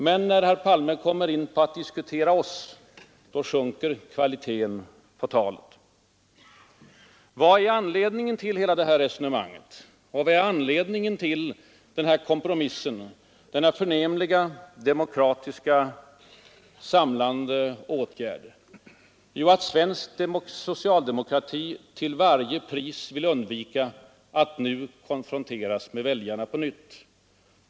Men när herr Palme går över till att diskutera oss moderater då sjunker kvaliteten på talet. Vad är anledningen till hans utförliga försvarstal? Vad ligger ytterst bakom kompromissen, denna ”fantastiska” demokratiskt samlande åtgärd? Jo, att svensk socialdemokrati till varje pris vill undvika att nu på nytt konfronteras med väljarna.